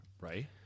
Right